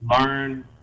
learn